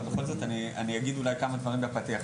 אבל בכל זאת אני אגיד אולי כמה דברים בפתיח.